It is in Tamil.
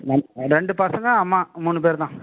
ரெண்டு பசங்க அம்மா மூணு பேர்தான்